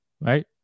Right